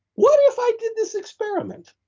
what if i did this experiment?